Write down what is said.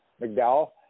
McDowell